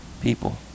people